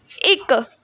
ਇੱਕ